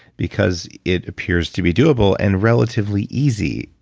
because it appears to be doable and relatively easy,